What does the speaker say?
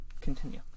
Continue